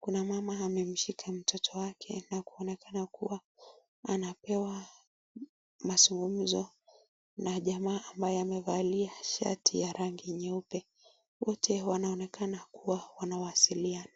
kuna mama amemshika mtoto wake na kuonekana kuwa anapewa mazungumzo na jamaa ambaye amevalia shati ya rangi nyeupe wote wanaonekana kuwa wanasawiliana.